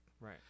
right